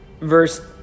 verse